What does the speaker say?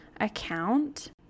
account